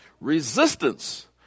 Resistance